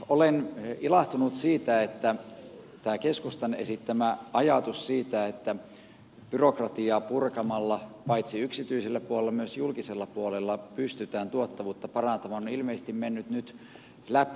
olen ilahtunut siitä että tämä keskustan esittämä ajatus siitä että byrokratiaa purkamalla paitsi yksityisellä puolella myös julkisella puolella pystytään tuottavuutta parantamaan on ilmeisesti mennyt nyt läpi